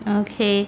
okay